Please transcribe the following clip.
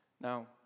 Now